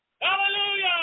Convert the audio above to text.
Hallelujah